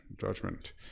judgment